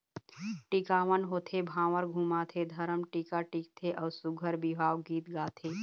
टिकावन होथे, भांवर घुमाथे, धरम टीका टिकथे अउ सुग्घर बिहाव गीत गाथे